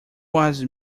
was